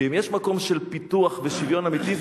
ואם יש מקום של פיתוח ושוויון אמיתי,